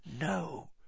No